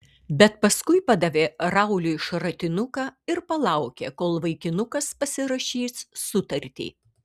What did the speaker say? bet paskui padavė rauliui šratinuką ir palaukė kol vaikinukas pasirašys sutartį